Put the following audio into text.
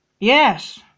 Yes